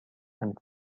and